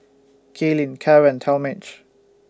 Kailyn Cara and Talmage